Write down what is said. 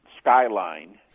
skyline